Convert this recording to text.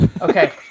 Okay